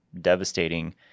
devastating